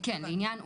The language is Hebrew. כן, בעניין אובר.